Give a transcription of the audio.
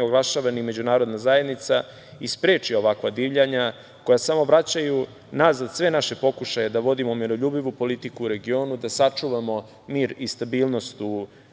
oglašava ni međunarodna zajednica i spreči ovakva divljanja, koja samo vraćaju nazad sve naše pokušaje da vodimo miroljubivu politiku u regionu, da sačuvamo mir i stabilnost u regionu,